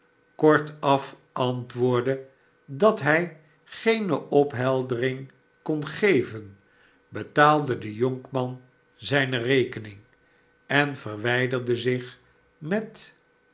kortaf antwoordende dat hij geene ophelderingen kon geven betaalde de jonkman zijne rekening en verwijderde zich met